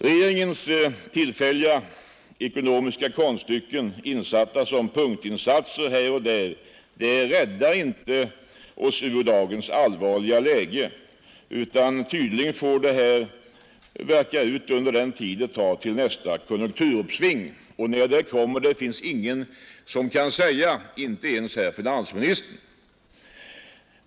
Regeringens tillfälliga ekonomiska konststycken insatta som punktinsatser här och där räddar oss inte ur dagens allvarliga läge utan tydligen får detta värka ut under den tid det tar till nästa konjunkturuppsving. När det kommer, finns ingen som kan säga, inte ens herr finansministern.